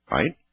Right